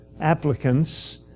applicants